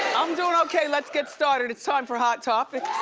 i'm doin' okay. let's get started. it's time for hot topics.